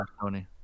Tony